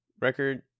Record